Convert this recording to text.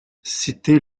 cité